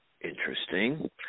interesting